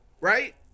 right